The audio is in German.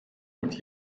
und